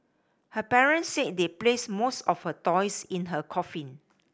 her parents said they placed most of her toys in her coffin